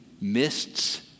mists